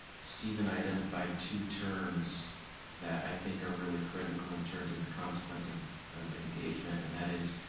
steven identified two terms that i think are really critical, in terms of the consequence of of engagement. and that is,